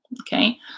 okay